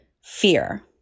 fear